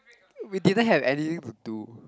we didn't have anything to do